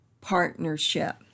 partnership